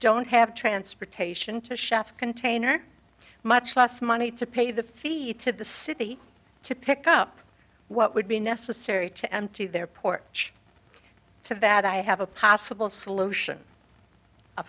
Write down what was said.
don't have transportation to chef container much less money to pay the fee to the city to pick up what would be necessary to empty their porch so bad i have a possible solution